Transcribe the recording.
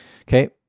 Okay